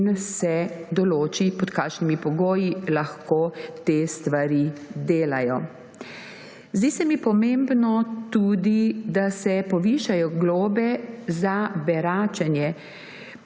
in se določi, pod kakšnimi pogoji lahko te stvari delajo. Zdi se mi pomembno tudi, da se povišajo globe za beračenje,